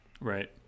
right